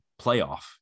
playoff